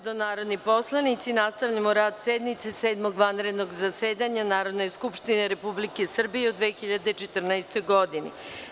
narodni poslanici, nastavljamo rad sednice Sedmog vanrednog zasedanja Narodne skupštine Republike Srbije u 2014. godini.